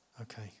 Okay